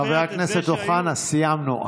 חבר הכנסת אוחנה, סיימנו.